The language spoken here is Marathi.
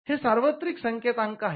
हे सार्वत्रिक सांकेतांक आहेत